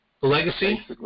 legacy